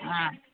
ആ